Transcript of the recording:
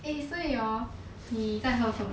eh 所以 hor 你在喝什么